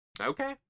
Okay